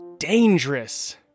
dangerous